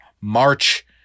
March